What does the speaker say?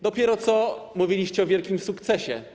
Dopiero co mówiliście o wielkim sukcesie.